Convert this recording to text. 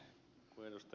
kun ed